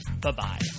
bye-bye